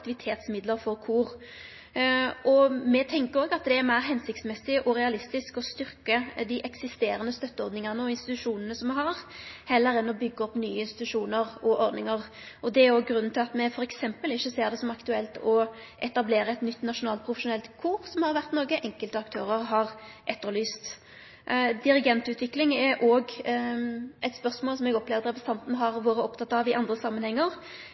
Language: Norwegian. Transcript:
aktivitetsmidlar for kor. Me tenkjer òg at det er meir hensiktsmessig og realistisk å styrkje dei eksisterande støtteordningane og institusjonane som me har, heller enn å byggje opp nye institusjonar og ordningar. Det er grunnen til at me f.eks. ikkje ser det som aktuelt å etablere eit nytt nasjonalt profesjonelt kor, som har vore noko enkelte aktørar har etterlyst. Dirigentutvikling er òg eit spørsmål som eg opplever at representanten har vore oppteken av i andre samanhengar.